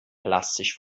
plastisch